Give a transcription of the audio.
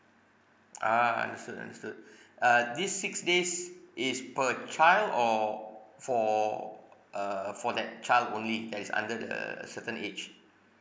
ah understood understood uh this six days is per child or for uh for that child only that is under the certain age